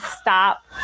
stop